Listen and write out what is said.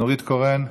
נורית קורן,